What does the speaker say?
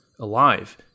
alive